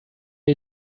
you